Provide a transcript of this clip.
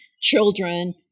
children